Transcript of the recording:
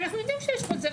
אנחנו יודעים שיש פה זה,